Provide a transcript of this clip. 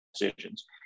decisions